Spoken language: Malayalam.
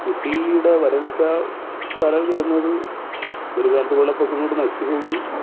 കൃഷിയുടെ വരൾച്ച കാലം വരുന്നത് ഒരു കാലത്ത് വെള്ളപ്പൊക്കം കൊണ്ട് നശിച്ച് ഭൂമി